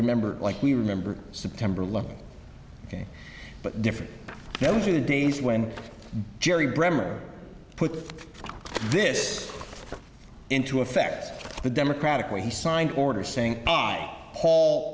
remember like we remember september look ok but different those are the days when jerry bremmer put this into effect the democratic way he signed order saying